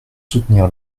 soutenir